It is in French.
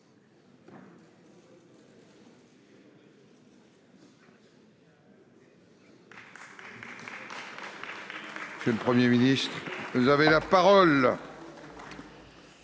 Monsieur le Premier ministre, vous avez reçu